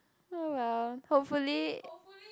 oh well hopefully